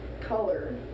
Color